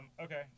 okay